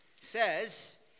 says